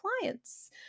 clients